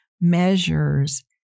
measures